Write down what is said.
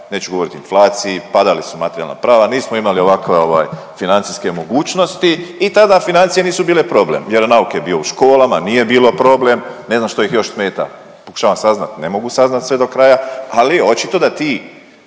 neću govoriti o inflaciji, padali su materijalna prava, nismo imali ovakva ovaj financijske mogućnosti i tada financije nisu bile problem, vjeronauk je bio u školama, nije bilo problem. Ne znam što ih još smeta, pokušavam saznati, ne mogu saznati sve do kraja, ali očito da ti